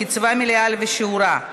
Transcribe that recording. קצבה מלאה ושיעורה),